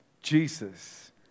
Jesus